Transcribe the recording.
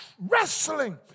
wrestling